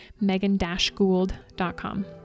Megan-Gould.com